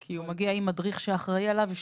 כי הוא מגיע עם מדריך שמפקח עליו.